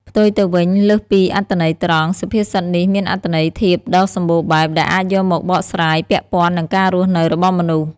ផ្ទុយទៅវិញ លើសពីអត្ថន័យត្រង់ សុភាសិតនេះមានអត្ថន័យធៀបដ៏សម្បូរបែប ដែលអាចយកមកបកស្រាយពាក់ព័ន្ធនឹងការរស់នៅរបស់មនុស្ស។